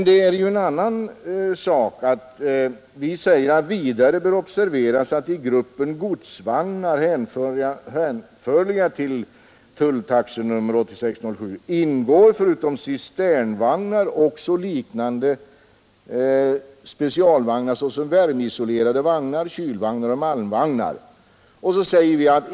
Men vi skriver också i betänkandet: ”Vidare bör observeras att i gruppen godsvagnar, hänförliga till tulltaxenummer 86.07, ingår förutom cisternvagnar också liknande specialvagnar såsom värmeisolerade vagnar, kylvagnar och malmvagnar.